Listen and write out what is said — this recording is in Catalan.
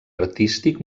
artístic